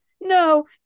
no